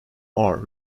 art